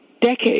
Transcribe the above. decades